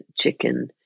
chicken